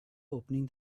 opening